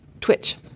Twitch